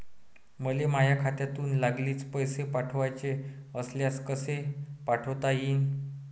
मले माह्या खात्यातून लागलीच पैसे पाठवाचे असल्यास कसे पाठोता यीन?